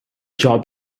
job